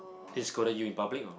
they scolded you in public or